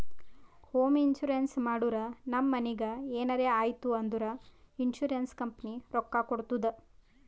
home insurance ಮಾಡುರ್ ನಮ್ ಮನಿಗ್ ಎನರೇ ಆಯ್ತೂ ಅಂದುರ್ ಇನ್ಸೂರೆನ್ಸ್ ಕಂಪನಿ ರೊಕ್ಕಾ ಕೊಡ್ತುದ್